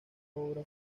obra